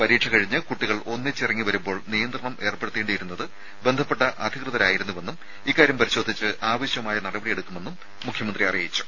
പരീക്ഷ കഴിഞ്ഞ് കുട്ടികൾ ഒന്നിച്ച് ഇറങ്ങി വരുമ്പോൾ നിയന്ത്രണം ഏർപ്പെടുത്തേണ്ടിയിരുന്നത് ബന്ധപ്പെട്ട അധികൃതരായിരുന്നുവെന്നും ഇക്കാര്യം പരിശോധിച്ച് ആവശ്യമായ നടപടിയെടുക്കുമെന്നും മുഖ്യമന്ത്രി അറിയിച്ചു